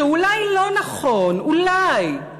שאולי לא נכון, אולי,